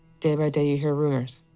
day by day, you hear rumors.